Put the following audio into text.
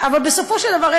אבל בסופו של דבר,